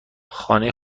خانه